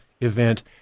event